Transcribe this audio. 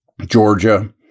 Georgia